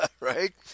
right